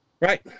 Right